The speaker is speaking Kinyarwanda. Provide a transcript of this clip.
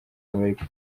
amerika